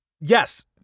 yes